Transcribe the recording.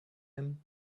him